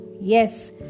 Yes